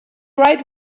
right